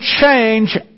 change